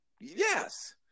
yes